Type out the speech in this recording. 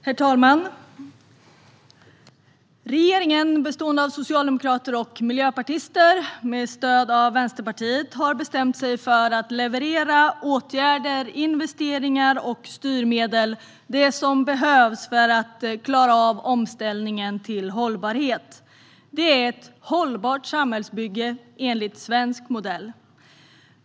Herr talman! Regeringen, som består av socialdemokrater och miljöpartister och har stöd av Vänsterpartiet, har bestämt sig för att leverera de åtgärder, investeringar och styrmedel som behövs för att klara av omställningen till hållbarhet. Det är ett hållbart samhällsbygge enligt svensk modell.